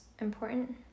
important